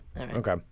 Okay